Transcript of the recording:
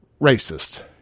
racist